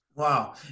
Wow